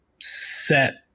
set